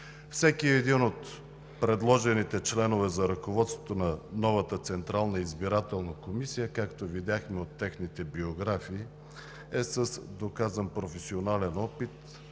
Всеки един от предложените членове за ръководството на новата Централна избирателна комисия, както видяхме от техните биографии, е с доказан професионален опит